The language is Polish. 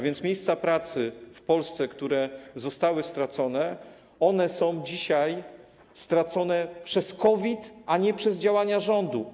Więc miejsca pracy w Polsce, które zostały stracone, są dzisiaj stracone przez COVID, a nie przez działania rządu.